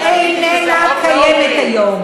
סרטטנו מול עינינו איננה קיימת היום.